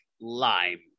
lime